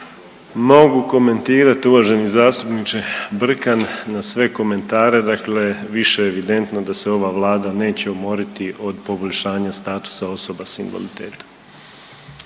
Mogu komentirati uvaženi zastupniče Brkan na sve komentare dakle više je evidentno da se ova Vlada neće umoriti od poboljšanja statusa osoba s invaliditetom.